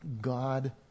God